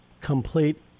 Complete